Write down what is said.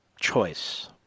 choice